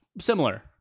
Similar